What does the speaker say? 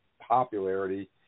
popularity